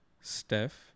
Steph